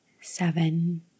Seven